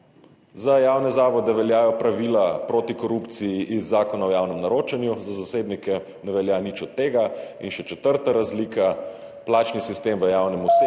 Za javne zavode veljajo pravila proti korupciji iz Zakona o javnem naročanju, za zasebnike ne velja nič od tega. In še četrta razlika, plačni sistem v javnem